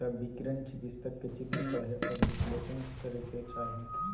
त विकिरण चिकित्सक के चित्र पढ़े औरो विश्लेषण करे के चाही